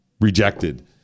rejected